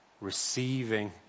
receiving